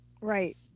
Right